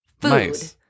food